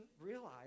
realize